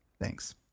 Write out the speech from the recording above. Thanks